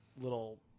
little